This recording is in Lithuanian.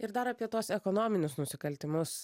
ir dar apie tuos ekonominius nusikaltimus